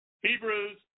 Hebrews